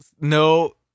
no